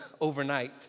overnight